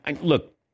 look